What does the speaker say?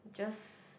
just